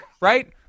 right